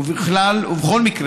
ובכל מקרה,